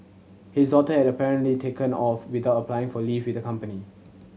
his daughter had apparently taken off without applying for leave with the company